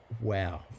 Wow